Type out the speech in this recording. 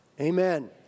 amen